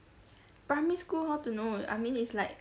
primary school how to know I mean it's like